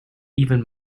even